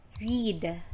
read